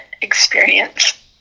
experience